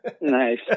Nice